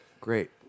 Great